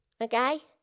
Okay